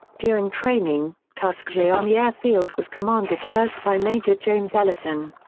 during training, tuskegee army air field was commanded first by major james ellison.